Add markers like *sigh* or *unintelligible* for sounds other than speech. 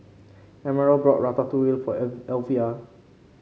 Emerald bought Ratatouille for *unintelligible* Elvia